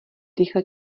rychle